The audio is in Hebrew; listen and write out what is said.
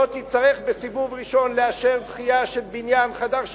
לא תצטרך בסיבוב ראשון לאשר דחייה של בניין חדר מיון,